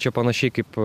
čia panašiai kaip